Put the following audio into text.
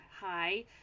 hi